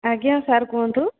ଆଜ୍ଞା ସାର୍ କୁହନ୍ତୁ